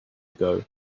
ago